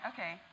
Okay